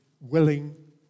willing